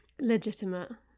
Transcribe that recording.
Legitimate